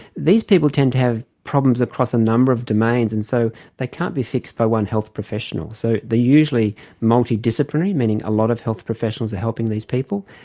these people tend to have problems across a number of domains, and so they can't be fixed by one health professional. so they are usually multidisciplinary, meaning a lot of health professionals are helping these people.